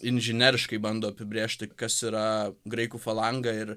inžineriškai bando apibrėžti kas yra graikų falanga ir